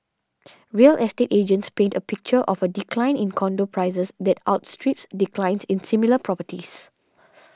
real estate agents paint a picture of a decline in condo prices that outstrips declines in similar properties